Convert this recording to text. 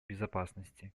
безопасности